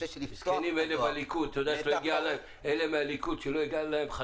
מסכנים אלה מהליכוד שלא הגיע אליהם הזמנות בזמן,